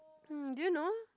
hmm did you know